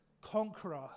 conqueror